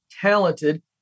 talented